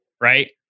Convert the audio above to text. right